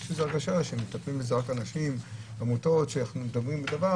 יש הרגשה שמטפלות בזה רק עמותות שמטפלות בדבר